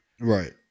Right